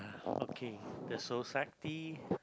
okay the society